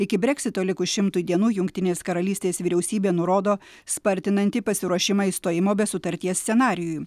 iki breksito likus šimtui dienų jungtinės karalystės vyriausybė nurodo spartinanti pasiruošimą išstojimo be sutarties scenarijui